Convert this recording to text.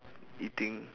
eating